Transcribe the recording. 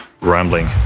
rambling